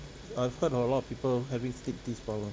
I've heard of a lot of people having slipped disc problem